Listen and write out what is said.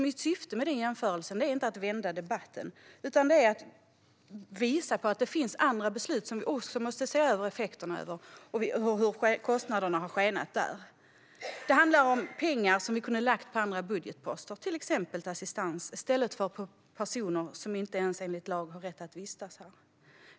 Mitt syfte med denna jämförelse är inte att vända debatten utan att visa på att det även finns andra beslut där vi måste se över effekterna och titta på hur kostnaderna har skenat. Det handlar om pengar vi kunde ha lagt på andra budgetposter, till exempel assistans, i stället för på personer som enligt lag inte ens har rätt att vistas här.